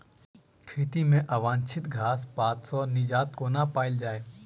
खेत मे अवांछित घास पात सऽ निजात कोना पाइल जाइ?